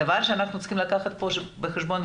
הדבר שאנחנו צריכים לקחת פה בחשבון,